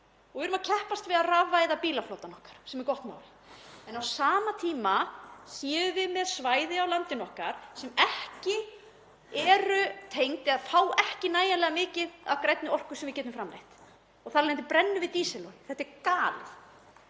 Við erum að keppast við að rafvæða bílaflotann okkar sem er gott mál. En á sama tíma erum við með svæði á landinu okkar sem ekki eru tengd eða fá ekki nægjanlega mikið af grænni orku, sem við getum framleitt, og brenna þar af leiðandi dísilolíu. Þetta er galið.